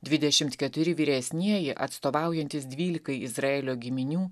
dvidešimt keturi vyresnieji atstovaujantys dvylikai izraelio giminių